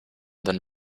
than